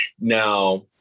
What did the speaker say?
Now